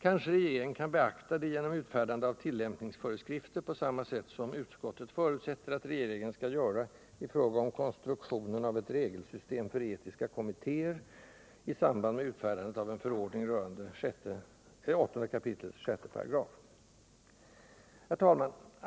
Kanske regeringen kan beakta det genom utfärdande av tillämpningsföreskrifter på samma sätt som utskottet förutsätter att regeringen skall göra i fråga om konstruktionen av ett regelsystem för etiska kommittéer i samband med utfärdandet av en förordning rörande 8 kap. 68. Herr talman!